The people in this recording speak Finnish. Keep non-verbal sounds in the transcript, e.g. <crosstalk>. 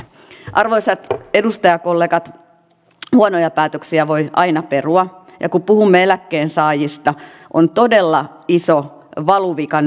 arvoisat edustajakollegat huonoja päätöksiä voi aina perua ja kun puhumme eläkkeensaajista hallituksen veroesityksen sisällä on nyt todella iso valuvika <unintelligible>